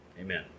Amen